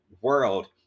world